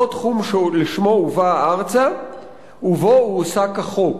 תחום שלשמו הובא ארצה ובו הועסק כחוק.